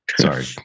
Sorry